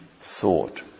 thought